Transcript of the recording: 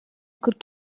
could